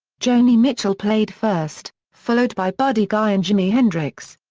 joni mitchell played first, followed by buddy guy and jimi hendrix.